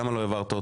למה לא העברת אותו?